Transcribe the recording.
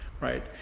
right